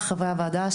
חברי הוועדה,